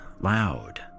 loud